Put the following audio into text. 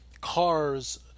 cars